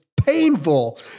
painful